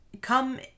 Come